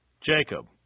Jacob